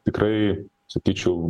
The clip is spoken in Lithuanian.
tikrai sakyčiau